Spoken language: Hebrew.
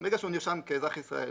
ברגע שהוא נרשם כאזרח ישראלי,